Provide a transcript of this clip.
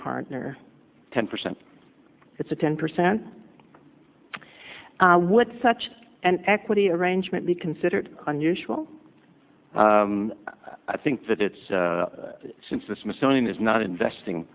partner ten percent it's a ten percent what such an equity arrangement be considered unusual i think that it's since the smithsonian is not investing